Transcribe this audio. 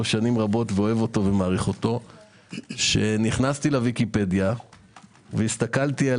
שנים רבות ואוהב אותו שנכנסתי לוויקיפדיה והסתכלתי על